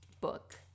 book